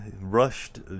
rushed